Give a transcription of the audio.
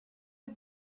had